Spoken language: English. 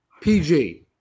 PG